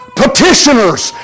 petitioners